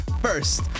first